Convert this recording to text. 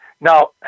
now